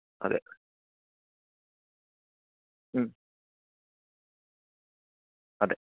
അതെ മ് അതെ